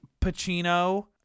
Pacino